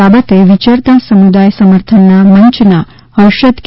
આ બાબતે વિચરતા સમુદાય સમર્થન મંચના હષઁદ કે